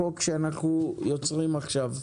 חל החוק שאנחנו יוצרים עכשיו.